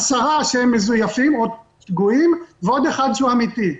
עשרה שהם מזויפים או שגויים ועוד אחד שהוא אמיתי.